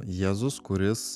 jėzus kuris